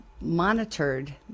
monitored